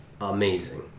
amazing